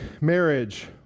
marriage